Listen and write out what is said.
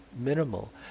minimal